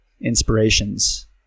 inspirations